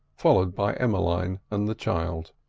followed by emmeline and the child.